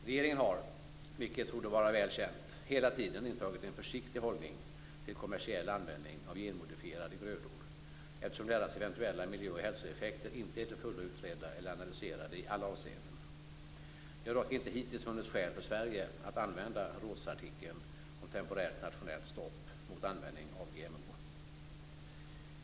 Regeringen har, vilket torde vara väl känt, hela tiden intagit en försiktig hållning till kommersiell användning av genmodifierade grödor eftersom deras eventuella miljö och hälsoeffekter inte är till fullo utredda eller analyserade i alla avseenden. Det har dock inte hittills funnits skäl för Sverige att använda rådsartikeln om temporärt nationellt stopp mot användning av GMO.